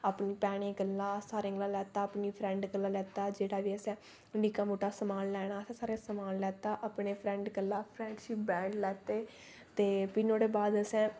अपनी भैनें गल्ला सारें गल्ला लैता अपनी फ्रैंड गल्ला लैता जेह्ड़ा बी असें निक्का मुट्टा समान लैना असें सारें समान लैता अपने फ्रैंड गल्ला फ्रैंडशिप बैंड लैते ते फ्ही नुआढ़े बाद असें